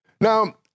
Now